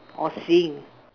orh sing